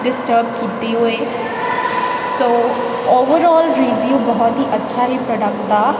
disturb ਕੀਤੀ ਹੋਏ so overall review ਬਹੁਤ ਹੀ ਅੱਛਾ ਹੈ ਪ੍ਰੋਡਕਟ ਦਾ